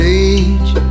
age